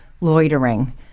loitering